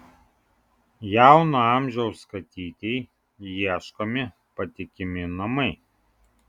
jauno amžiaus katytei ieškomi patikimi namai